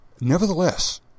Nevertheless